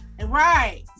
right